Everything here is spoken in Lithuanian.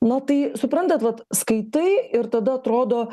na tai suprantat vat skaitai ir tada atrodo